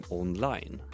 online